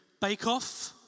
bake-off